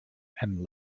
and